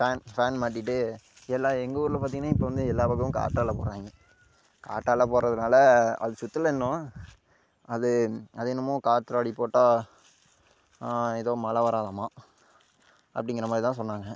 fan fan மாட்டிட்டு எல்லாம் எங்கள் ஊரில் பார்த்திங்கன்னா இப்போ வந்து எல்லா பக்கமும் காற்றாலை போடுறாங்க காற்றாலை போடுறதுனால அது சுற்றில் இன்னும் அது அது என்னமோ காற்றாடி போட்டால் ஏதோ மழை வராதாமா அப்படிங்கிற மாதிரிதான் சொன்னாங்க